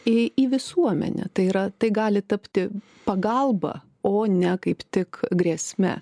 į į visuomenę tai yra tai gali tapti pagalba o ne kaip tik grėsme